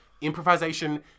improvisation